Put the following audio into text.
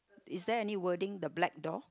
is there any wording the black door